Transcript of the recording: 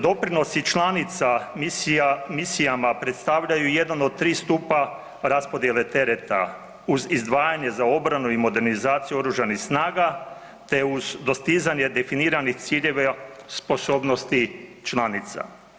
Doprinosi članica misijama predstavljaju jedan od 3 stupa raspodjele tereta, uz izdvajanje za obranu i modernizaciju Oružanih snaga te uz dostizanje definiranih ciljeva sposobnosti članica.